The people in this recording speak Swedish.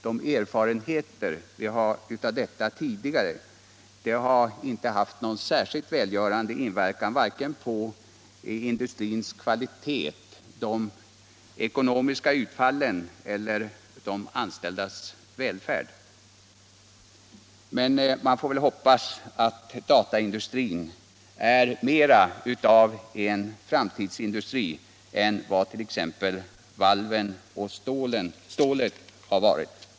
De erfarenheter vi har av detta tidigare har inte varit särskilt uppmuntrande vare sig när det gäller industrins kvalitet, de ekonomiska utfallen eller de anställdas välfärd. Men man får väl hoppas att dataindustrin är mera av en framtidsindustri än vad t.ex. varven och stålet har varit.